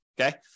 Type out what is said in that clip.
Okay